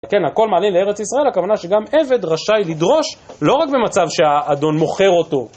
כן, הכל מעלין לארץ ישראל, הכוונה שגם עבד רשאי לדרוש, לא רק במצב שהאדון מוכר אותו.